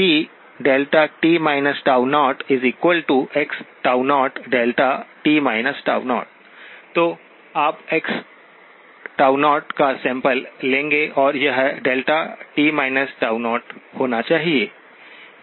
तो आप x का सैंपलिंग लेंगे और यह δ होना चाहिए